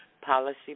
policy